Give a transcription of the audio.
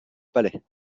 palais